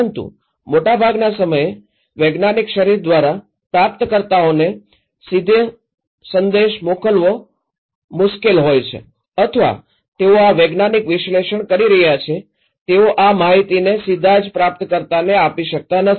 પરંતુ મોટાભાગના સમયે વૈજ્ઞાનિક શરીર દ્વારા પ્રાપ્તકર્તાઓને સીધો સંદેશ મોકલવો મુશ્કેલ હોય છે અથવા તેઓ આ વૈજ્ઞાનિક વિશ્લેષણ કરી રહ્યા છે તેઓ આ માહિતીને સીધા જ પ્રાપ્તકર્તાને આપી શકતા નથી